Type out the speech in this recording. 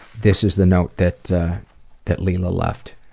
this is the note that that leila left.